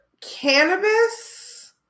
cannabis